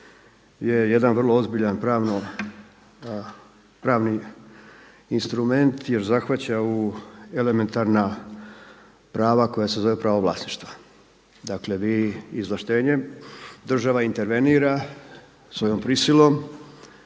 je jedan vrlo ozbiljan pravni instrument jer zahvaća u elementarna prava koje se zove pravo vlasništva. Dakle, vi izvlaštenjem država intervenira svojom prisilom